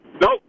Nope